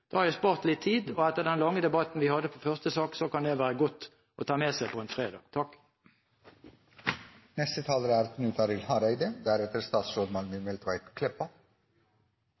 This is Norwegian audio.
Da har jeg spart litt tid. Etter den lange debatten vi hadde i første sak, kan det være godt å ta med seg på en